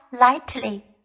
lightly